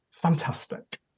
fantastic